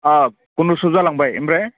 गुनउत्सब जालांबाय ओमफ्राय